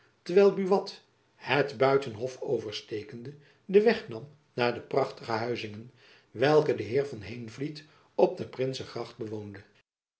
terwijl buat het buitenhof overstekende den weg nam naar de prachtige huizinge welke de heer van heenvliet op de princegracht bewoonde